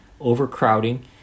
overcrowding